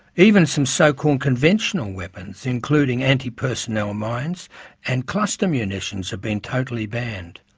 even some so-called conventional weapons, including anti-personnel mines and cluster munitions, have been totally banned.